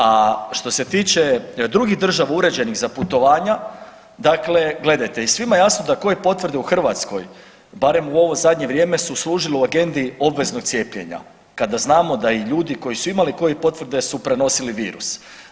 A što se tiče drugih država uređenih za putovanja dakle gledajte i svima je jasno da Covid potvrde u Hrvatskoj barem u ovo zadnje vrijeme su služile u agendi obveznog cijepljenja kada znamo da i ljudi koji su imali Covid potvrde su prenosili virus.